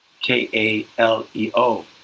K-A-L-E-O